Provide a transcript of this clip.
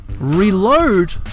Reload